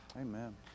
Amen